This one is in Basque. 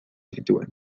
zituen